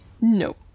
No